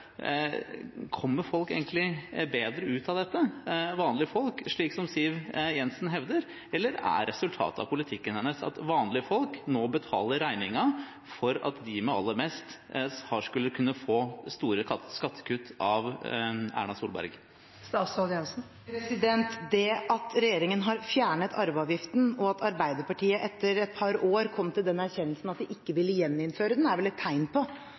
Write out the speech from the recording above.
Kommer vanlige folk egentlig bedre ut av dette, slik Siv Jensen hevder, eller er resultatet av politikken hennes at vanlige folk nå betaler regningen for at de med aller mest skal kunne få store skattekutt av Erna Solberg? Det at regjeringen har fjernet arveavgiften, og at Arbeiderpartiet etter et par år kom til den erkjennelsen at de ikke ville gjeninnføre den, er vel et tegn på